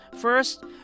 First